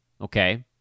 Okay